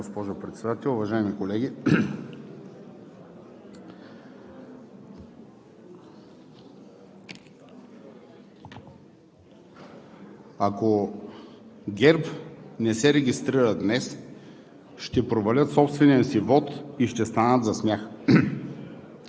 госпожо Председател, уважаеми колеги! „Ако ГЕРБ не се регистрират днес, ще провалят собствения си вот и ще станат за смях.